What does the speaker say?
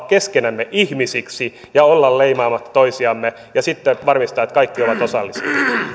keskenämme ihmisiksi ja olla leimaamatta toisiamme ja varmistaa että kaikki ovat osallisia